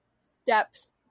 steps